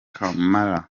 kamara